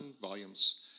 volumes